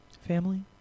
Family